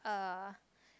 uh